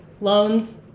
Loans